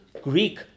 Greek